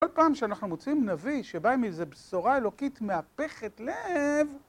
כל פעם שאנחנו מוצאים נביא שבא עם איזו בשורה אלוקית מהפכת לב...